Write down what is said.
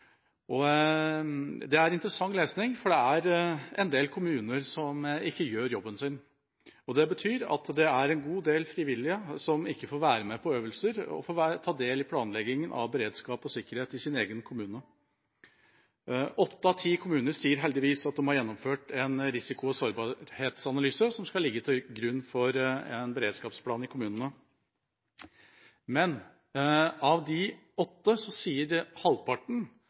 Det er interessant lesning, fordi det er en del kommuner som ikke gjør jobben sin. Det betyr at det er en god del frivillige som ikke får være med på øvelser og ta del i planleggingen av beredskap og sikkerhet i egen kommune. Åtte av ti kommuner sier heldigvis at de har gjennomført en risiko- og sårbarhetsanalyse, som skal ligge til grunn for en beredskapsplan i kommunene. Men av de åtte sier halvparten at de ikke har involvert private aktører eller frivillige organisasjoner i det